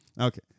Okay